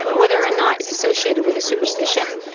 whether or not it's associated with a superstition,